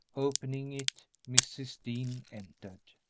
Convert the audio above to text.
opening it, mrs. dean entered.